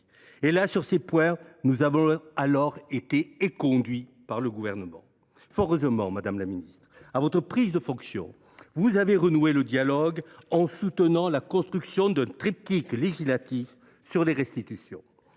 ! sur ces points, nous avions été éconduits par le Gouvernement. Fort heureusement, madame la ministre, à votre prise de fonctions, vous avez renoué le dialogue en soutenant la construction d’un triptyque législatif sur les restitutions.